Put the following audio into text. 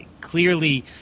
clearly